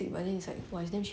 mmhmm love it